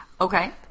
Okay